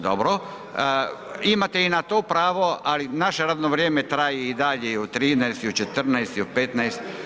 Dobro, imate i na to pravo ali naše radno vrijeme traje i dalje i u 13 i u 14 i u 15.